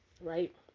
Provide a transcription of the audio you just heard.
Right